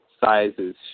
sizes